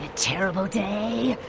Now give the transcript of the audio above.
ah terrible day,